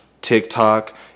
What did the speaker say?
TikTok